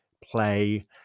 play